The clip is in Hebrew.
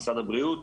משרד הבריאות,